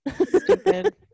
Stupid